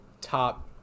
top